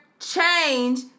change